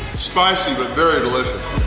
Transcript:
spicy but very delicious!